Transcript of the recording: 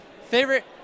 favorite